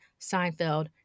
Seinfeld